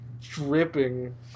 Dripping